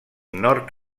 nord